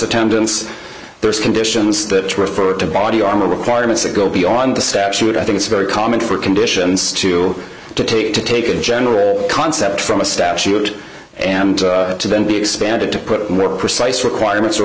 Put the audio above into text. attendance those conditions that refer to body armor requirements that go beyond the statute i think it's very common for conditions to take to take a general concept from a statute and to then be expanded to put more precise requirements